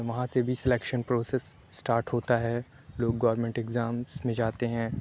وہاں سے بھی سلیکشن پروسس اسٹارٹ ہوتا ہے لوگ گورمنٹ ایگزامس میں جاتے ہیں